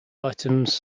items